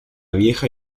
vieja